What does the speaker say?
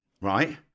right